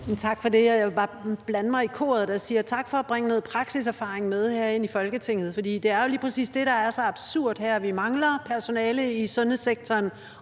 Tak for det. Jeg vil bare blande mig i koret, der siger tak for at bringe noget praksiserfaring med herind i Folketinget, for det er jo lige præcis det, der er så absurd her: Vi mangler personale i sundhedssektoren,